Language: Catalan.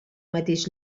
mateix